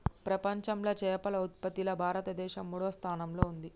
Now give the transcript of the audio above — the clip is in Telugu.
ప్రపంచంలా చేపల ఉత్పత్తిలా భారతదేశం మూడో స్థానంలా ఉంది